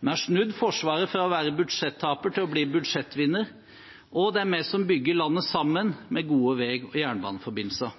Vi har snudd Forsvaret fra å være en budsjettaper til å bli en budsjettvinner. Og det er vi som bygger landet sammen, med gode vei- og jernbaneforbindelser.